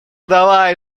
давай